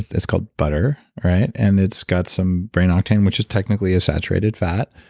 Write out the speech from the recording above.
it's called butter, right? and it's got some brain octane, which is technically a saturated fat.